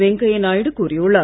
வெங்கையா நாயுடு கூறியுள்ளார்